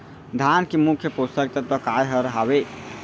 धान के मुख्य पोसक तत्व काय हर हावे?